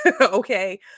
okay